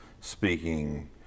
speaking